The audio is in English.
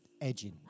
edging